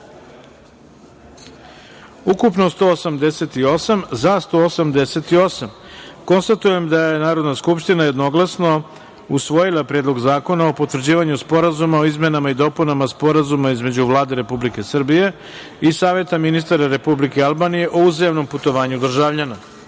poslanika. Konstatujem da je Narodna skupština jednoglasno usvojila Predlog zakona o potvrđivanju Sporazuma o izmenama i dopunama Sporazuma između Vlade Republike Srbije i Saveta ministara Republike Albanije o uzajamnom putovanju državljana.16.